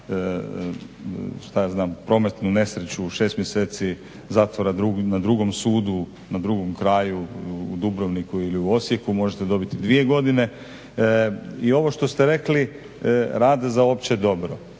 dobiti za prometnu nesreću 6 mjeseci zatvora, na drugom sudu na drugom kraju u Dubrovniku ili u Osijeku možete dobiti 2 godine. I ovo što ste rekli, rad za opće dobro.